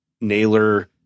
Naylor